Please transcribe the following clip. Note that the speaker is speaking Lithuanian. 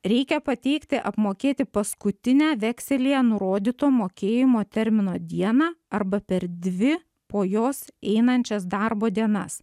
reikia pateikti apmokėti paskutinę vekselyje nurodyto mokėjimo termino dieną arba per dvi po jos einančias darbo dienas